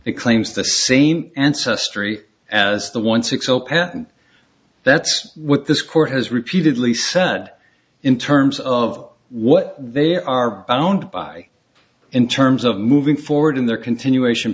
it claims the same ancestry as the once excel patent that's what this court has repeatedly said in terms of what they are bound by in terms of moving forward in their continuation